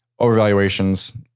overvaluations